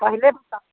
पहले तो सस